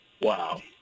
Wow